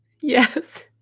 Yes